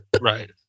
right